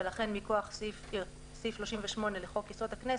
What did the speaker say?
ולכן מכוח סעיף 38 לחוק יסוד: הכנסת,